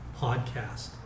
podcast